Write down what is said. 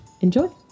enjoy